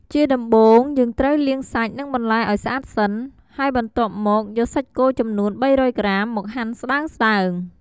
ជាដំបូង យើងត្រូវលាងសាច់ និងបន្លែឱ្យស្អាតសិន ហើយបន្ទាប់មក យកសាច់គោចំនួន ៣០០ ក្រាម មកហាន់ស្ដើងៗ។